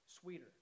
sweeter